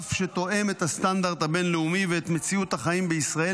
רף שתואם את הסטנדרט הבין-לאומי ואת מציאות החיים בישראל,